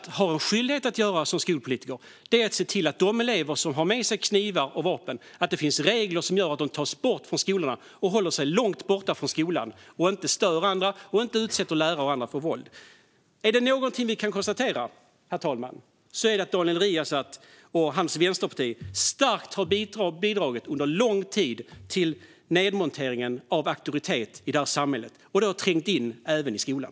Herr talman! Vad Daniel Riazat har en skyldighet att göra som skolpolitiker är att se till att det finns regler som gör att de elever som har med sig knivar och vapen tas bort från skolorna, håller sig långt borta från skolan, inte stör andra elever och inte utsätter lärare och andra för våld. Är det någonting vi kan konstatera, herr talman, är det att Daniel Riazat och hans vänsterparti starkt har bidragit under lång tid till nedmonteringen av auktoritet i det här samhället. Det har trängt in även i skolan.